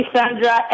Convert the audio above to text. Sandra